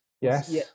yes